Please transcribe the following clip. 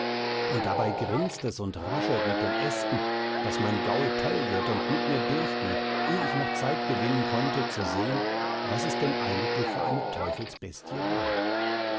und dabei grinzt es und raschelt mit den ästen daß mein gaul toll wird und mit mir durchgeht eh ich noch zeit gewinnen konnte zu sehn was es denn eigentlich für eine teufelsbestie war